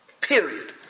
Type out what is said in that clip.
Period